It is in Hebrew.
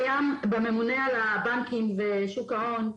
דיברתי עם הממונה על הבנקים ושוק ההון,